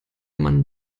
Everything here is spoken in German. man